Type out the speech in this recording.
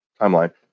timeline